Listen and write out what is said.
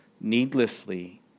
needlessly